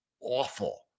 awful